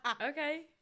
Okay